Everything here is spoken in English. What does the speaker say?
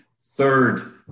third